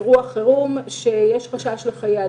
אירוע חירום שיש חשש לחיי אדם,